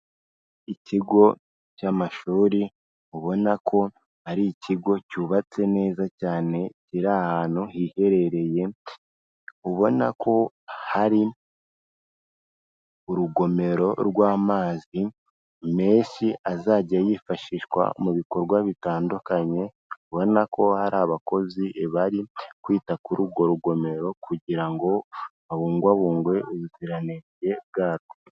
Ikigo cy'amashuri ubona ko ari ikigo cyubatse neza cyane kiri ahantu hiherereye, ubona ko hari urugomero rw'amazi menshi azajya yifashishwa mu bikorwa bitandukanye, ubona ko hari abakozi bari kwita kuri urwo rugomero kugira ngo habungwabungwe ubuziranenge bwarwo.